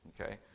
Okay